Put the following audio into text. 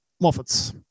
moffat's